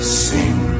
sing